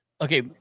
okay